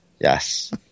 Yes